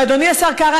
ואדוני השר קרא,